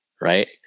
right